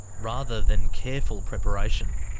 rather than careful preparation?